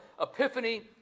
epiphany